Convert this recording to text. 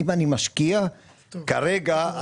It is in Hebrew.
אם אני משקיע כרגע,